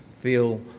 feel